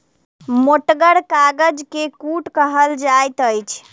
मोटगर कागज के कूट कहल जाइत अछि